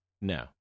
no